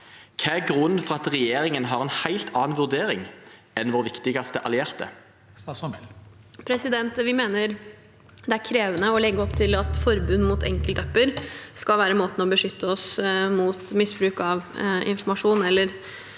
Hva er grunnen til at regjeringen har en helt annen vurdering enn vår viktigste allierte? Statsråd Emilie Mehl Vi mener det er krevende å legge opp til at forbud mot enkeltapper skal være måten å beskytte oss på mot misbruk av informasjon